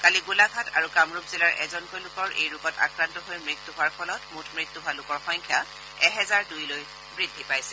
কালি গোলাঘাট আৰু কামৰূপ জিলাৰ এজনকৈ লোকৰ এই ৰোগত আক্ৰান্ত হৈ মৃত্যু হোৱাৰ ফলত মুঠ মৃত্যু হোৱা লোকৰ সংখ্যা এহাজাৰ দুই লৈ বৃদ্ধি পাইছে